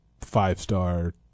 five-star